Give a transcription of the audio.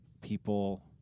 people